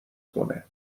کنهبریم